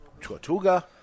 Tortuga